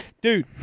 Dude